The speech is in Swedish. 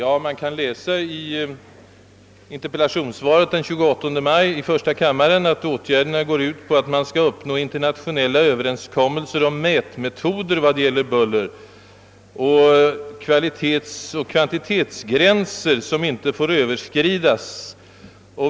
Av interpel lationssvaret i första kammaren den 28 maj framgår att åtgärderna endast syftar till att uppnå internationella överenskommelser vad beträffar bullermätningens metodik och kvalitetsoch kvantitetsgränser, som inte får överskridas.